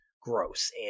gross